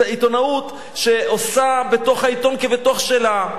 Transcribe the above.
עיתונאות שעושה בתוך העיתון כבתוך שלה,